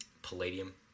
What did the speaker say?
Palladium